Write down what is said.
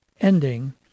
ending